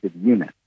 unit